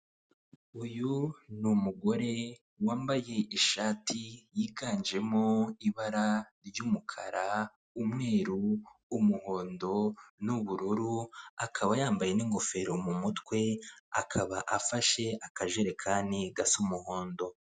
Uyu n'umugore wambaye ishati yiganjemo ibara ry'umukara, umweru, umuhondo, n'ubururu. Akaba yambaye n'ingofero mu mutwe, akaba afashe n'akajerekani gasa umuhondo.